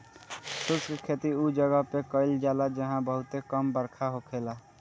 शुष्क खेती उ जगह पे कईल जाला जहां बहुते कम बरखा होखेला